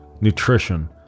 nutrition